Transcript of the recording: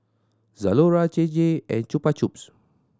Zalora J J and Chupa Chups